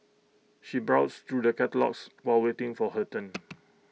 she browsed through the catalogues while waiting for her turn